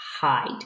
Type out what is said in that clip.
hide